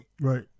Right